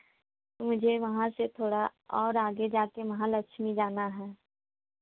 मुझे वहाँ से थोड़ा और आगे जा कर महालक्ष्मी जाना है